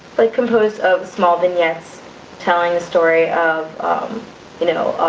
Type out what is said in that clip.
like composed of small vignettes telling the story of you know